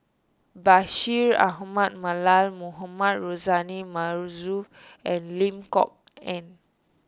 Bashir Ahmad Mallal Mohamed Rozani Maarof and Lim Kok Ann